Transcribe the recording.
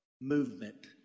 movement